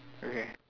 okay